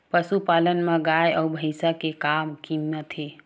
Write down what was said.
पशुपालन मा गाय अउ भंइसा के का कीमत हे?